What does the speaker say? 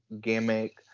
gimmick